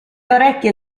orecchie